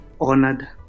honored